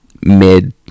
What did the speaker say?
mid